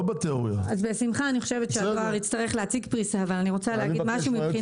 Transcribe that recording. אני חושבת שדואר יצטרך להציג פריסה אבל אני רוצה להגיד משהו.